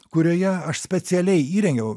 kurioje aš specialiai įrengiau